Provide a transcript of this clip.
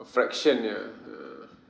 a fraction ya uh